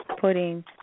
putting